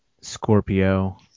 Scorpio